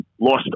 lost